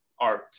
art